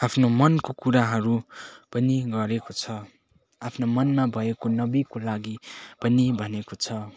आफ्नो मनको कुराहरू पनि गरेको छ आफ्नो मनमा भएको नबीको लागि पनि भनेको छ